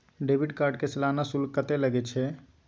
Debit card के सालाना शुल्क कत्ते लगे छै?